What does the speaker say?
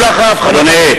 בבקשה, אדוני.